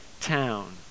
town